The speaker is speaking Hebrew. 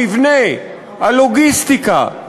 המבנה, הלוגיסטיקה,